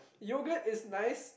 yogurt is nice